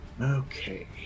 Okay